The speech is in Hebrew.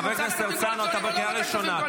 חבר הכנסת הרצנו, אתה בקריאה ראשונה.